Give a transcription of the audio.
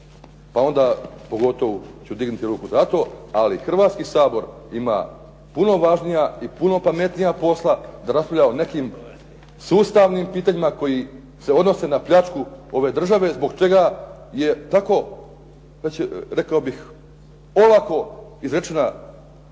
pa onda pogotovo ću dignuti ruku za to, ali Hrvatski sabor ima puno važnija i puno pametnija posla da raspravlja o nekim sustavnim pitanjima koja se odnose na pljačku ove države, zbog čega je tako već rekao bih polako izrečena opaska